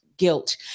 guilt